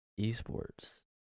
esports